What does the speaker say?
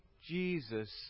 Jesus